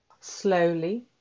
slowly